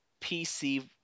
PC